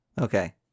Okay